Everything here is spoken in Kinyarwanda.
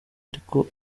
ariko